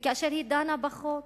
וכאשר היא דנה בחוק?